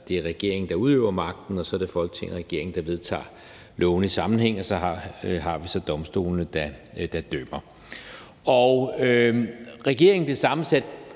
det er regeringen, der udøver magten, og så er det Folketinget og regeringen, der vedtager lovene i forening, og så har vi så domstolene, der dømmer. Og regeringen bliver sammensat